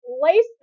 Lace